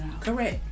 Correct